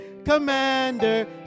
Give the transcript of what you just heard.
Commander